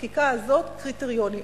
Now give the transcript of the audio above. אין בחקיקה הזאת קריטריונים,